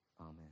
amen